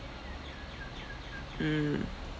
mm